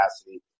capacity